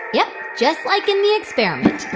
yep, just like in the experiment.